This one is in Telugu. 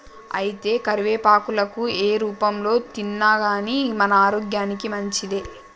అయితే కరివేపాకులను ఏ రూపంలో తిన్నాగానీ మన ఆరోగ్యానికి మంచిదే